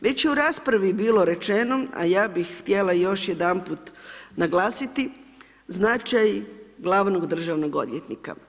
Već je i u raspravi bilo rečeno a ja bih htjela još jedanput naglasiti značaj glavnog državnog odvjetnika.